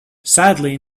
sadly